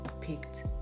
picked